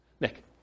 Nick